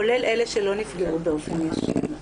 כולל אלה שלא נפגעו באופן ישיר.